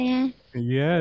Yes